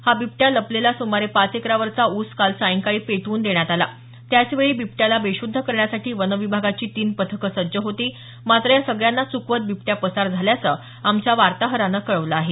हा बिबट्या लपलेला सुमारे पाच एकरावरचा ऊस काल सायंकाळी पेटवून देण्यात आला त्याचवेळी बिबट्याला बेशुद्ध करण्यासाठी वनविभागाची तीन पथकं सज्ज होती मात्र या सगळ्यांना चुकवत बिबट्या पसार झाल्याचं आमच्या वार्ताहरानं कळवलं आहे